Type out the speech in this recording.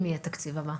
אם יהיה תקציב הבא.